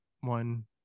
one